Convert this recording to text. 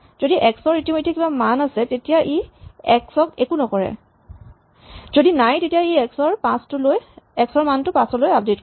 যদি এক্স ৰ ইতিমধ্যে কিবা মান আছে তেতিয়াহ'লে ই এক্স ক একো নকৰে যদি নাই তেতিয়া ই এক্স ৰ মানটো ৫ লৈ আপডেট কৰিব